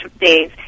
Days